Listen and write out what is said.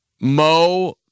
Mo